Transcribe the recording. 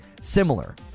similar